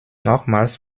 nochmals